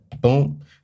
boom